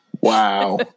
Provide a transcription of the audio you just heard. Wow